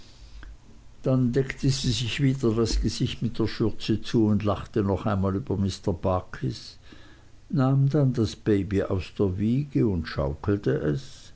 dann deckte sie sich wieder das gesicht mit der schürze zu und lachte noch einmal über mr barkis nahm dann das baby aus der wiege und schaukelte es